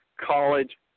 college